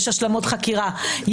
יש השלמות חקירה,